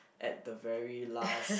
at the very last